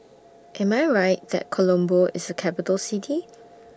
Am I Right that Colombo IS A Capital City